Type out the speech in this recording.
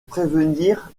prévenir